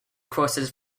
crosses